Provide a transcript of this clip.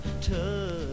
touch